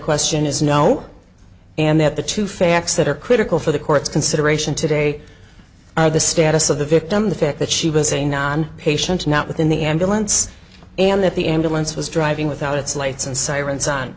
question is no and that the two facts that are critical for the court's consideration today are the status of the victim the fact that she was a non patient not within the ambulance and that the ambulance was driving without its lights and sirens on